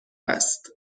است